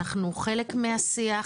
אנחנו חלק מהשיח,